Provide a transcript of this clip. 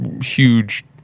huge